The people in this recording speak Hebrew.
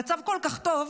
המצב כל כך טוב,